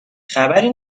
خبری